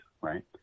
right